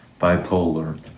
bipolar